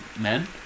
men